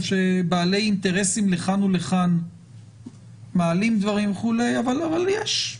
שבעלי אינטרסים לכאן ולכאן מעלים דברים וכו' אבל יש,